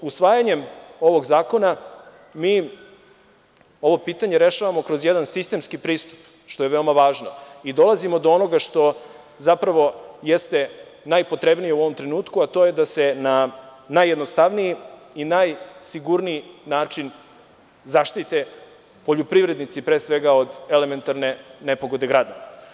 Usvajanjem ovog zakona mi ovo pitanje rešavamo kroz jedan sistemski pristup, što je veoma važno i dolazimo do onoga što zapravo jeste najpotrebnije u ovom trenutku, a to je da se na najjednostavniji i najsigurniji način zaštite poljoprivrednici, pre svega od elementarne nepogode grada.